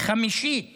חמישית מהחייבים,